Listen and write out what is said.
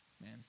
Man